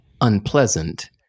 unpleasant